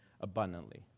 abundantly